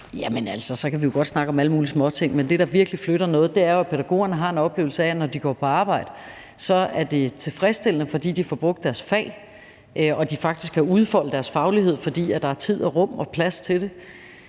Jamen så kan vi jo godt snakke om alle mulige småting, men det, der virkelig flytter noget, er, at pædagogerne har en oplevelse af, at det, når de går på arbejde, er tilfredsstillende, fordi de får brugt deres fag og faktisk kan udfolde deres faglighed, fordi der er tid og rum og plads til det,